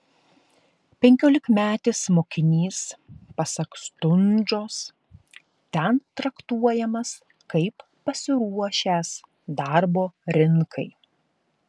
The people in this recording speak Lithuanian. penkiolikmetis mokinys pasak stundžos ten traktuojamas kaip pasiruošęs darbo rinkai